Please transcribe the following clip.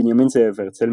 בנימין זאב הרצל,